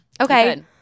Okay